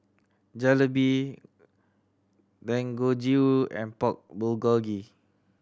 Jalebi Dangojiru and Pork Bulgogi